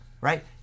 right